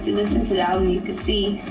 listen to the album, you can see